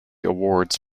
awards